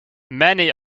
many